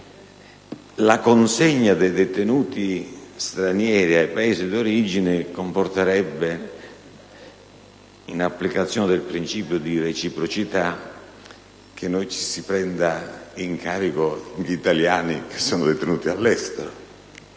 la consegna dei detenuti stranieri ai Paesi d'origine comporterebbe, in applicazione del principio di reciprocità, che noi prendessimo in carico gli italiani che sono detenuti all'estero,